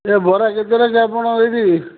ଏ ବରା କେତେଟଙ୍କା ଆପଣଙ୍କ ଏଇଠି